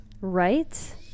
Right